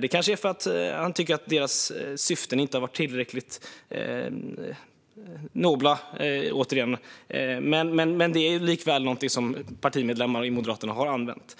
Det kanske beror på att han tycker att deras syften inte har varit tillräckligt nobla, men det är likväl någonting som partimedlemmar i Moderaterna har använt.